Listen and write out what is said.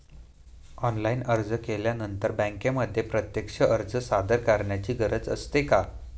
Online अर्ज केल्यानंतर बँकेमध्ये प्रत्यक्ष अर्ज सादर करायची गरज असते का?